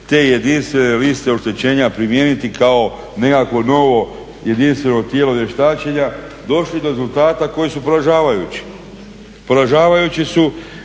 te jedinstvene liste oštećenja primijeniti kao nekakvo novo jedinstveno tijelo vještačenja, došli do rezultata koji su poražavajući, poražavajući su